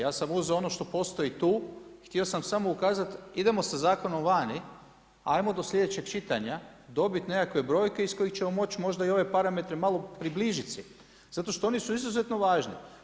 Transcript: Ja sam uzeo ono što postoji tu, htio sam samo ukazati idemo sa zakonom vani, ajmo do sljedećeg čitanja dobiti nekakve brojke iz kojih ćemo moći možda i ove parametre malo približiti si, zato što oni su izuzetno važni.